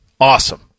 Awesome